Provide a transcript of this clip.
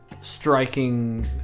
striking